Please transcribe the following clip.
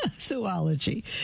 zoology